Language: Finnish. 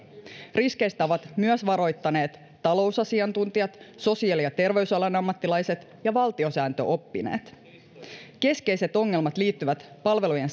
riskeistä ovat myös varoittaneet talousasiantuntija sosiaali ja terveysalan ammattilaiset ja valtiosääntöoppineet keskeiset ongelmat liittyvät palvelujen